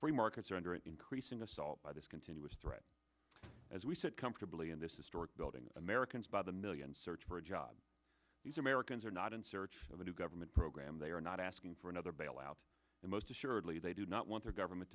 free markets are under increasing assault by this continuous threat as we sit comfortably in this is stuart building americans by the millions search for a job these americans are not in search of a new government program they are not asking for another bailout and most assuredly they do not want their government